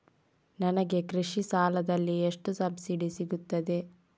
ನನಗೆ ಕೃಷಿ ಸಾಲದಲ್ಲಿ ಎಷ್ಟು ಸಬ್ಸಿಡಿ ಸೀಗುತ್ತದೆ?